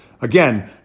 Again